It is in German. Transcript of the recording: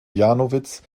janowitz